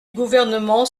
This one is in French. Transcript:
gouvernement